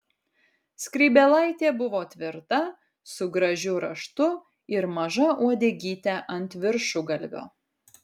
skrybėlaitė buvo tvirta su gražiu raštu ir maža uodegyte ant viršugalvio